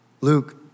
Luke